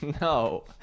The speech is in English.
No